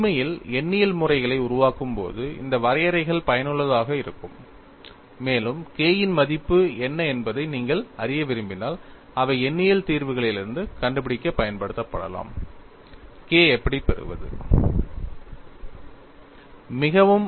நீங்கள் உண்மையில் எண்ணியல் முறைகளை உருவாக்கும்போது இந்த வரையறைகள் பயனுள்ளதாக இருக்கும் மேலும் K இன் மதிப்பு என்ன என்பதை நீங்கள் அறிய விரும்பினால் அவை எண்ணியல் தீர்விலிருந்து கண்டுபிடிக்க பயன்படுத்தப்படலாம் K எப்படி பெறுவது என்பது